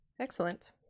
Excellent